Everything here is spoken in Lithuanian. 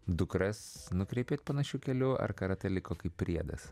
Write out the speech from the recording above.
dukras nukreipėt panašiu keliu ar karatė liko kaip priedas